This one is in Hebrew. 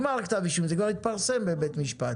כשנגמר כתב האישום וזה כבר התפרסם בבית משפט